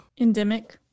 Endemic